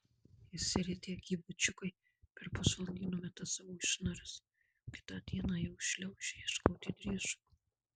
išsiritę gyvačiukai per pusvalandį numeta savo išnaras o kitą dieną jau šliaužia ieškoti driežų